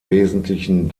wesentlichen